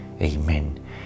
Amen